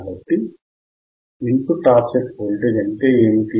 కాబట్టి input offset voltage అంటే ఏమిటి